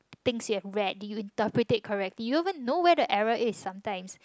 things you have read did you interpret it correctly you don't even know where the error is sometimes